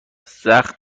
زخم